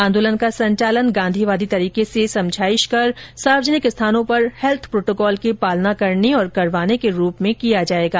आन्दोलन का संचालन गांधीवादी तरीके से समझाइश कर सार्वजनिक स्थानों पर हेल्थ प्रोटोकॉल की पालना करने और करवाने के रूप में किया जाएगा